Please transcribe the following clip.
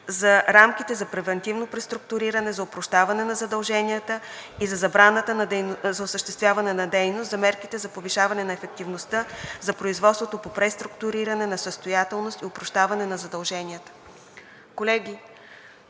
за рамките за превантивно преструктуриране, за опрощаване на задълженията и за забраната за осъществяване на дейност, за мерките за повишаване на ефективността, за производството по преструктуриране на несъстоятелност и опрощаване на задълженията.